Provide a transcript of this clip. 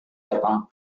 datang